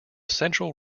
central